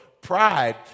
pride